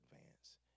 advance